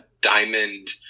diamond